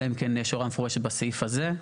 אלא אם כן יש הוראה מפורשת בסעיף הזה.